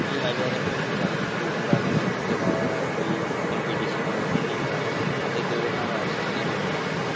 जि'यां लाई लैओ ठंडू च अगर कोई बंदा कुसै दा कोई कंपिटिशन ऐ रनिंग दा असें दौड़ना होऐ ते कि'यां दौड़ना